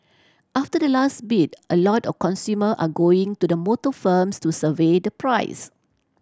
after the last bid a lot of consumer are going to the motor firms to survey the price